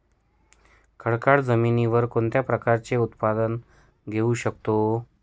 खडकाळ जमिनीवर कोणत्या प्रकारचे उत्पादन घेऊ शकतो?